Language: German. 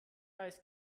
eis